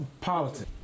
politics